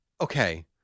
Okay